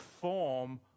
form